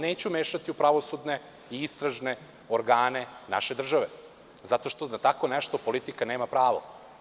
Neću se mešati u pravosudne i istražne organe naše države zato što na tako nešto politika nema pravo.